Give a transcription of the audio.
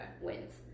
wins